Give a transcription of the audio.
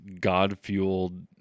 God-fueled